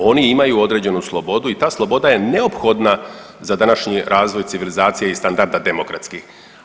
Oni imaju određenu slobodu i ta sloboda je neophodna za današnji razvoj civilizacije i standarda demokratskih.